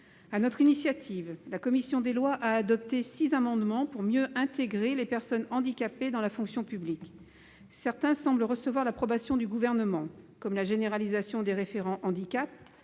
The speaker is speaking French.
notre initiative, la commission des lois a adopté six amendements pour mieux intégrer les personnes handicapées dans la fonction publique. Certains semblent recevoir l'approbation du Gouvernement, comme la généralisation des référents handicap,